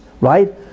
right